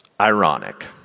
Ironic